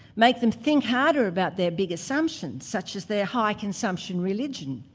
make them think harder about their big assumptions, such as their high-consumption religion,